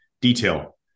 detail